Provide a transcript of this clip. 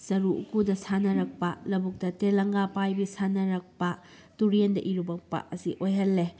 ꯆꯔꯨ ꯎꯀꯨꯗ ꯁꯥꯟꯅꯔꯛꯄ ꯂꯕꯨꯛꯇ ꯇꯦꯂꯪꯒꯥ ꯄꯥꯏꯕꯤ ꯁꯥꯟꯅꯔꯛꯄ ꯇꯨꯔꯦꯟꯗ ꯎꯔꯨꯞꯂꯛꯄ ꯑꯁꯤ ꯑꯣꯏꯍꯜꯂꯦ